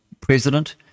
president